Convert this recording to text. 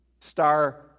Star